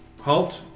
Halt